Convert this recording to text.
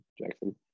Jackson